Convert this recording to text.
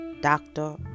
doctor